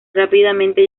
rápidamente